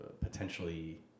potentially